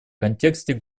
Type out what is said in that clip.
контексте